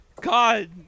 God